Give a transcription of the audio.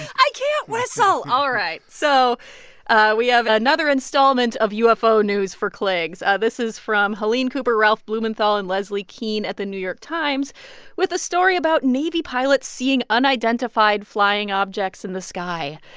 i can't whistle. all right. so we have another installment of ufo news for cligs. ah this is from helene cooper, ralph blumenthal and leslie kean at the new york times with a story about navy pilots seeing unidentified flying objects in the sky.